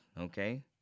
okay